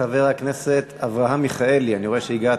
חבר הכנסת אברהם מיכאלי, אני רואה שהגעת.